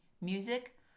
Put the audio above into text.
music